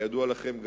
כידוע לכם,